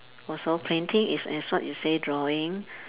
also painting is as what you say drawing